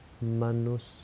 Manus